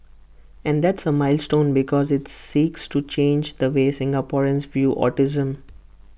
and that's A milestone because IT seeks to change the way Singaporeans view autism